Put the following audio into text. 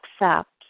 accept